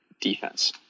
defense